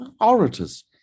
orators